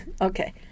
Okay